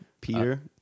Peter